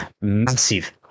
massive